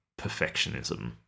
perfectionism